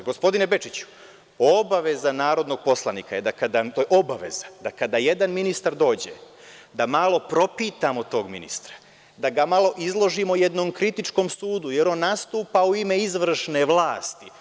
Gospodine Bečiću, obaveza narodnog poslanika je da kada jedan ministar dođe, da malo propitamo tog ministra, da ga malo izložimo jednom kritičkom sudu jer on nastupa u ime izvršne vlasti.